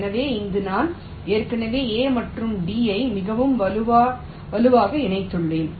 எனவே இங்கே நான் ஏற்கனவே A மற்றும் D ஐ மிகவும் வலுவாக இணைத்துள்ளேன்